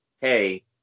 hey